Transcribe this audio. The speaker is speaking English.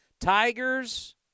Tigers